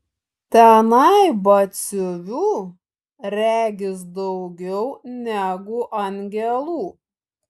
tenai batsiuvių regis daugiau negu angelų